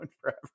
forever